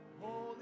Holy